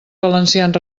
valencians